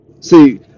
See